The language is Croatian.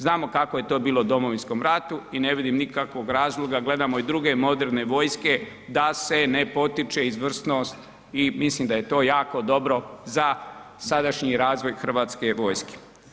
Znamo kako je to bilo u Domovinskom ratu i ne vidim nikakvog razloga, gledamo i druge moderne vojske da se ne potiče izvrsnost i mislim da je to jako dobro za sadašnji razvoj Hrvatske vojske.